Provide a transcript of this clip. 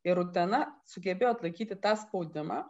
ir utena sugebėjo atlaikyti tą spaudimą